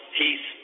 peace